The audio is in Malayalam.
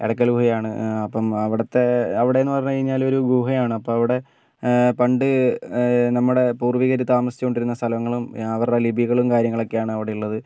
എടയ്ക്കൽ ഗുഹയാണ് അപ്പം അവിടത്തെ അവിടെയെന്ന് പറഞ്ഞുകഴിഞ്ഞാൽ ഒരു ഗുഹ ആണ് അപ്പോൾ അവിടെ പണ്ട് നമ്മുടെ പൂർവ്വീകർ താമസിച്ചുകൊണ്ടിരുന്ന സ്ഥലങ്ങളും അവരുടെ ലിപികളും കാര്യങ്ങളൊക്കെയാണ് അവിടെ ഉള്ളത്